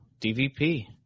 DVP